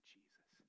Jesus